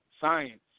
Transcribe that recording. science